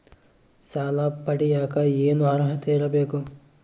ಸಾಲ ಪಡಿಯಕ ಏನು ಅರ್ಹತೆ ಇರಬೇಕು?